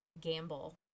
gamble